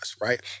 right